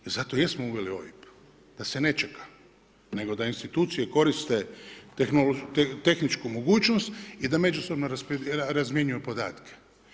Zato i jesmo uveli OIB da se ne čeka, nego da institucije koriste tehničku mogućnost i da međusobno razmjenjuju podatke.